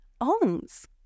owns